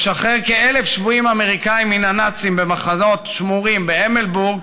לשחרר כ-1,000 שבויים אמריקנים מן הנאצים במחנות שמורים בהמלבורג,